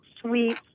sweet